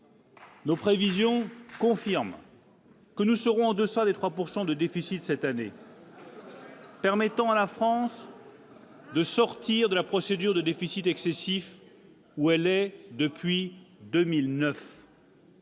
Nos prévisions confirment. Que nous serons en deçà des 3 pourcent de déficit cette année. Permettant à la France. De sortir de la procédure de déficit excessif, où elle est depuis 2009.